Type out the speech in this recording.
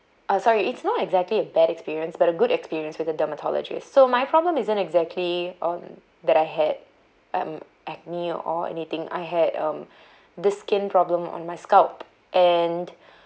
oh sorry it's not exactly a bad experience but a good experience with the dermatologist so my problem isn't exactly on that I had um acne or anything I had um the skin problem on my scalp and